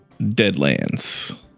Deadlands